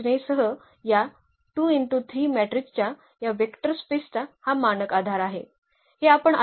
तर ते प्रमाणित आधार नव्हते परंतु ते देखील आधार होते